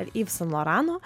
yves sen lorano